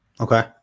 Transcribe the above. Okay